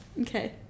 okay